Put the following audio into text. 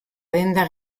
denda